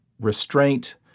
restraint